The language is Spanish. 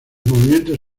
movimientos